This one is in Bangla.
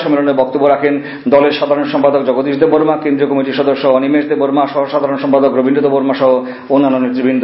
সম্মেলনে বক্তব্য রাখেন দলের সাধারণ সম্পাদক জগদীশ দেববর্মা কেন্দ্রীয় কমিটির সদস্য অনিমেশ দেববর্মা সহ সাধারণ সম্পাদক রবীন্দ্র দেববর্মা সহ অন্যান্য নেত্রবন্দ